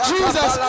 Jesus